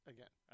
Again